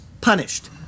punished